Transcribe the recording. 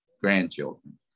grandchildren